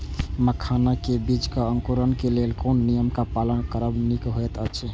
मखानक बीज़ क अंकुरन क लेल कोन नियम क पालन करब निक होयत अछि?